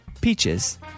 Peaches